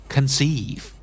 Conceive